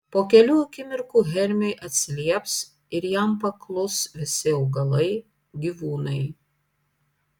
po kelių akimirkų hermiui atsilieps ir jam paklus visi augalai gyvūnai